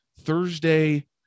Thursday